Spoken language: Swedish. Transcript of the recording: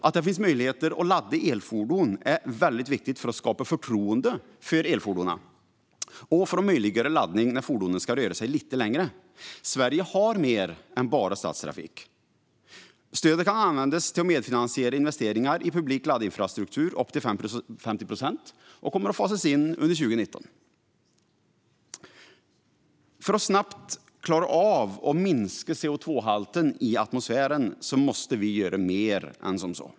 Att det finns möjligheter att ladda elfordon är väldigt viktigt för att skapa förtroende för elfordon och för att möjliggöra laddning när fordonet ska röra sig lite längre. Sverige har mer än bara stadstrafik. Stödet kan användas till att medfinansiera investeringar i publik laddinfrastruktur upp till 50 procent och kommer att fasas in under 2019. För att snabbt klara av att minska CO2-halten i atmosfären måste vi göra mer än så.